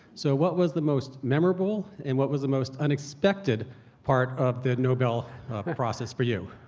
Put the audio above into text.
so what was the most memorable, and what was the most unexpected part of the nobel process for you?